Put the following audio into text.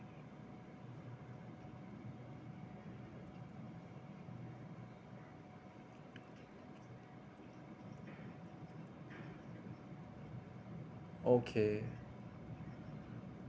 okay